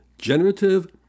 Generative